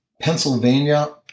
Pennsylvania